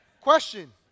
Question